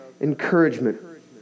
encouragement